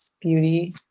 beauty